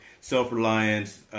self-reliance